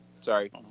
Sorry